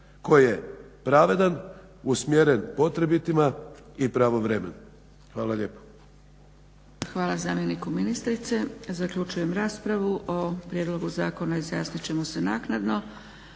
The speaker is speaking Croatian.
koji je pravedan, usmjeren potrebitima i pravovremen. Hvala lijepa. **Zgrebec, Dragica (SDP)** Hvala zamjeniku ministrice. Zaključujem raspravu. O prijedlogu zakona izjasnit ćemo se naknadno.